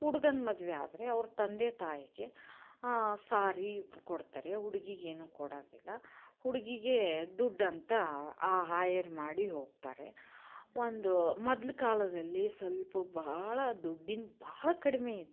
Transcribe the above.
ಹುಡುಗನ ಮದುವೆ ಆದರೆ ಅವ್ರ ತಂದೆ ತಾಯಿಗೆ ಸಾರಿ ಕೊಡ್ತಾರೆ ಹುಡ್ಗಿಗೇನೂ ಕೊಡೋದಿಲ್ಲ ಹುಡುಗಿಗೆ ದುಡ್ಡು ಅಂತ ಆ ಹಾಯೆರ್ ಮಾಡಿ ಹೋಗ್ತಾರೆ ಒಂದು ಮೊದ್ಲ ಕಾಲದಲ್ಲಿ ಸ್ವಲ್ಪ ಬಹಳ ದುಡ್ಡಿನ ಬಹಳ ಕಡಿಮೆ ಇತ್ತು